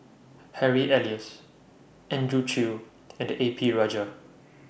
Harry Elias Andrew Chew and A P Rajah